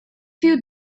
you